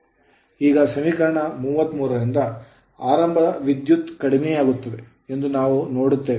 ಈಗ ಸಮೀಕರಣ 33 ರಿಂದ ಪ್ರಾರಂಭದ ವಿದ್ಯುತ್ ಕಡಿಮೆಯಾಗುತ್ತದೆ ಎಂದು ನಾವು ನೋಡುತ್ತೇವೆ